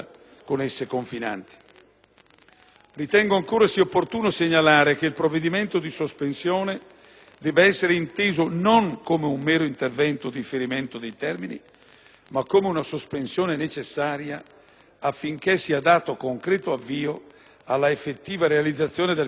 Ritengo sia opportuno segnalare come il provvedimento di sospensione debba essere inteso non come un mero intervento di differimento di termini, ma come una sospensione necessaria affinché sia dato concreto avvio alla effettiva realizzazione del Piano nazionale di edilizia abitativa,